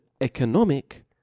economic